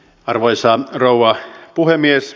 arvoisa rouva puhemies